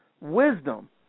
Wisdom